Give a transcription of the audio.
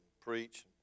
preach